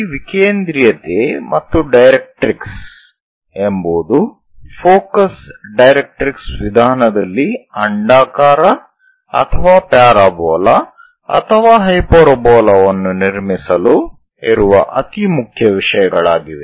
ಈ ವಿಕೇಂದ್ರೀಯತೆ ಮತ್ತು ಡೈರೆಕ್ಟ್ರಿಕ್ಸ್ ಎಂಬುವುದು ಫೋಕಸ್ ಡೈರೆಕ್ಟ್ರಿಕ್ಸ್ ವಿಧಾನದಲ್ಲಿ ಅಂಡಾಕಾರ ಅಥವಾ ಪ್ಯಾರಾಬೋಲಾ ಅಥವಾ ಹೈಪರ್ಬೋಲಾ ವನ್ನು ನಿರ್ಮಿಸಲು ಇರುವ ಅತಿ ಮುಖ್ಯ ವಿಷಯಗಳಾಗಿವೆ